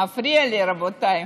מפריע לי, רבותיי,